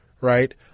right